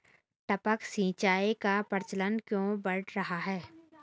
टपक सिंचाई का प्रचलन क्यों बढ़ रहा है?